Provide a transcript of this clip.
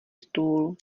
stůl